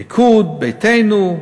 ליכוד ביתנו,